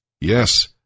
Yes